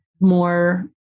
more